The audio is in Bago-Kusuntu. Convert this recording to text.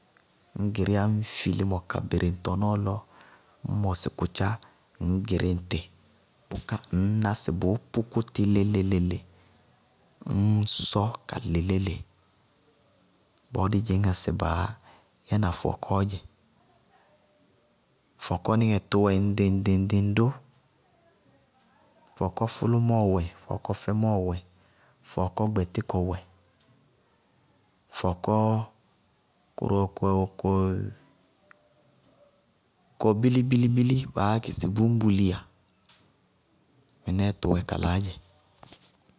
Ñ gɩríyá ññ fi límɔ ka bɩrɩ ŋ tɔnɔɔ lɔ, ññ mɔsɩ kʋtchá ŋñ gɩrí ŋtɩ bʋká ŋñná sɩ bʋʋ bʋkʋtɩ léle-léle, ññ sɔ ka lɩ léle. Bɔɔ dí dzɩñŋá sɩ baá yɛna fɔɔkɔɔ dzɛ. Fɔɔkɔníŋɛ, tʋwɛ ŋɖɩŋ-ŋɖɩŋ ró. Fɔɔkɔ fʋlʋmɔɔ wɛ, fɔɔkɔ fɛmɔɔ wɛ, fɔɔkɔ gbɛtíkɔ wɛ, fɔɔkɔ kʋrʋwɛ kʋ kʋwɛ bílíbílí, baá yá kɩ sɩ búñbulíya. Mɩnɛɛ tʋwɛ kalaá dzɛ.